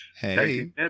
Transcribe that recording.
hey